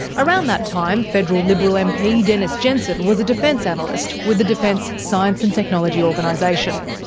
around that time, federal liberal mp dennis jensen was a defence analyst with the defence science and technology organisation.